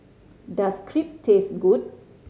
does Crepe taste good